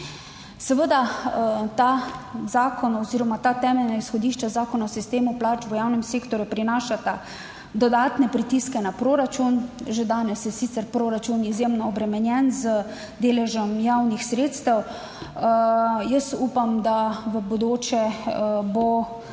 Seveda ta zakon oziroma ta temeljna izhodišča Zakona o sistemu plač v javnem sektorju prinašata dodatne pritiske na proračun. Že danes je sicer proračun izjemno obremenjen z deležem javnih sredstev. Jaz upam, da v bodoče bo ta